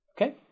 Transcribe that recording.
Okay